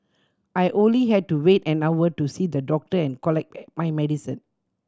I only had to wait an hour to see the doctor and collect my medicine